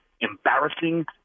embarrassing